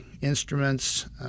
instruments